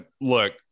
look